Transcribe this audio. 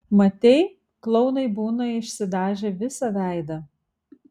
matei klounai būna išsidažę visą veidą